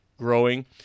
growing